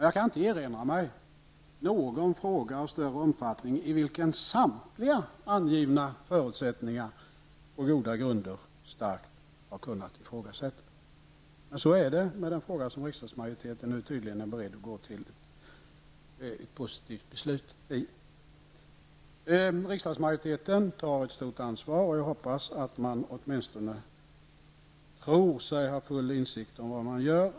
Jag kan inte erinra mig någon fråga av större omfattning i vilken samtliga angivna förutsättningar på goda grunder starkt har kunnat ifrågasättas. Men så är det med den fråga som riksdagsmajoriteten nu tydligen är beredd att fatta beslut om. Riksdagsmajoriteten tar ett stort ansvar. Jag hoppas att man åtminstone tror sig ha full insikt i vad man gör.